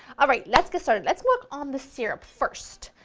alright, let's get started let's work on the syrup first.